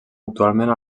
actualment